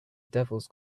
devils